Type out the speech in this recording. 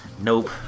Nope